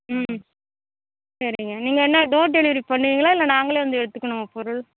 ம் சரிங்க நீங்கள் என்ன டோர் டெலிவரி பண்ணுவீங்களா இல்லை நாங்களே வந்து எடுத்துக்கணுமா பொருள்